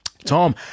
Tom